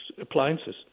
appliances